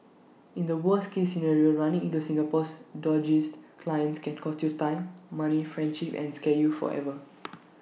in the worst case scenario running into Singapore's dodgiest clients can cost you time money friendships and scar you forever